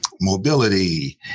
mobility